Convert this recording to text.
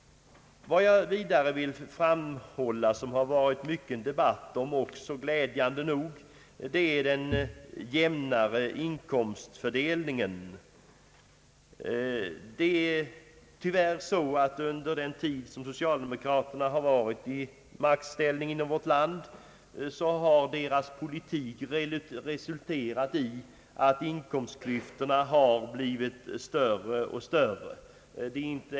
Jag vill vidare framhålla kravet på en jämnare inkomstfördelning. Glädjande nog har det varit mycken debatt härom. Under den tid som socialdemokraterna har befunnit sig i maktställning i vårt land har dock deras politik tyvärr resulterat i att inkomstklyftorna har blivit större och större.